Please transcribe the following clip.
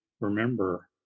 remember